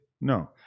No